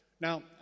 Now